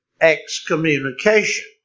excommunication